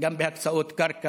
גם בהקצאות קרקע,